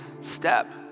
step